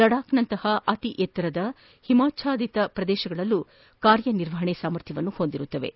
ಲಡಾಬ್ನಂತಹ ಅತಿ ಎತ್ತರದ ಹಿಮ ಪ್ರದೇಶಗಳಲ್ಲೂ ಕಾರ್ಯ ನಿರ್ವಹಣೆ ಸಾಮರ್ಥ್ಯ ಹೊಂದಿವೆ